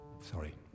Sorry